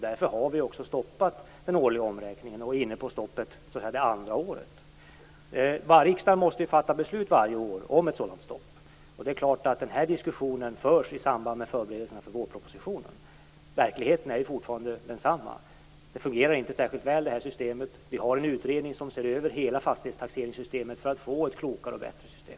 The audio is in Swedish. Därför har vi också stoppat den årliga omräkningen, nu för andra året. Riksdagen måste varje år fatta beslut om ett sådant stopp, och det är klart att den diskussionen förs i samband med förberedelserna av vårpropositionen. Verkligheten är ju fortfarande densamma. Systemet fungerar inte särskilt väl, och vi har en utredning som ser över hela fastighetstaxeringssystemet för att få ett klokare och bättre system.